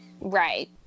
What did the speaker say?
Right